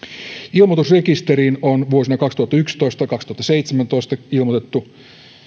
ilmoitusrekisteriin on vuosina kaksituhattayksitoista viiva kaksituhattaseitsemäntoista ilmoitettu